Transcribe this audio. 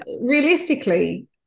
realistically